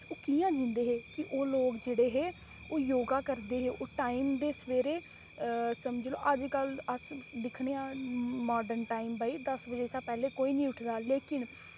ओह् कि'यां जींदे हे कि ओह् लोग जेह्ड़े हे ओह् योग करदे हे ओह् टाइम दे सबेरे समझी लैओ अजकल अस दिक्खने आं मार्डन टाइम भाई दस्स बजे शां पैह्लें कोई निं उठदा लेकिन